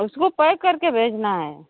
उसको पैक करके भेजना है